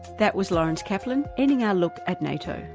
that was lawrence kaplan ending our look at nato.